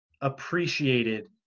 appreciated